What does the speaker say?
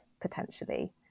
potentially